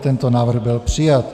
Tento návrh byl přijat.